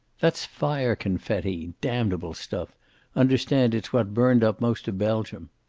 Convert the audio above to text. that's fire-confetti damnable stuff understand it's what burned up most of belgium.